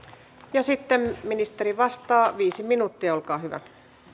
ja sitten ministeri vastaa viisi minuuttia olkaa hyvä